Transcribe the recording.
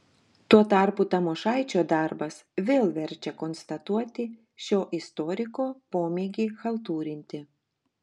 tuo tarpu tamošaičio darbas vėl verčia konstatuoti šio istoriko pomėgį chaltūrinti